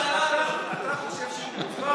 אתה חושב שהוא מבוזבז?